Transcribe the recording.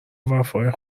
وفای